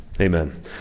Amen